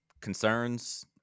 concerns